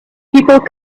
people